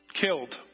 killed